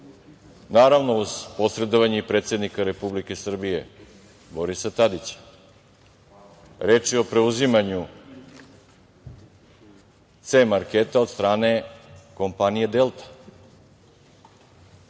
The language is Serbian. naravno uz posredovanje i predsednika Republike Srbije Borisa Tadića. Reč je o preuzimanju C marketa od strane kompanije Delta.